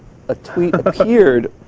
a tweet appeared.